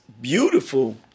beautiful